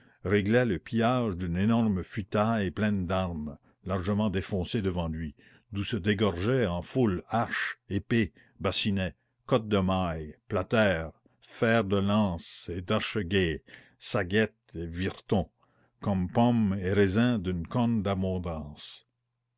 réglait le pillage d'une énorme futaille pleine d'armes largement défoncée devant lui d'où se dégorgeaient en foule haches épées bassinets cottes de mailles platers fers de lance et d'archegayes sagettes et viretons comme pommes et raisins d'une corne d'abondance